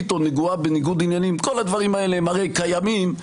או הייתה נגועה בניגוד עניינים כל הדברים האלה הרי קיימים,